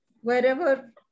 wherever